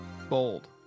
Bold